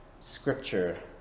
scripture